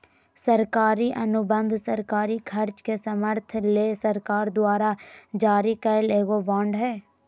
सरकारी अनुबंध सरकारी खर्च के समर्थन ले सरकार द्वारा जारी करल एगो बांड हय